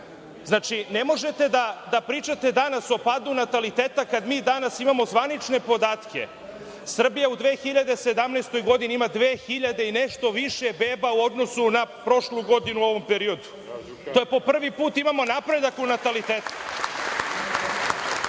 ne možete da pričate danas o padu nataliteta kada mi danas imamo zvanične podatke – Srbija u 2017. godini ima 2.000 i nešto više beba u odnosu na prošlu godinu u ovom periodu. Po prvi put imamo napredak u natalitetu.